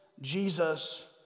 Jesus